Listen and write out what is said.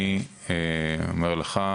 אני אומר לך,